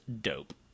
dope